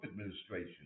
administration